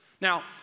Now